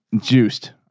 juiced